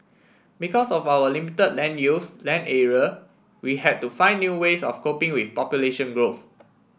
because of our limited land use land area we had to find new ways of coping with population growth